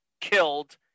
killed